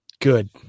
Good